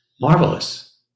marvelous